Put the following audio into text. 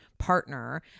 partner